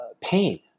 pain